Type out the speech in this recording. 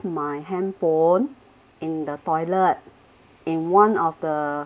my handphone in the toilet in one of the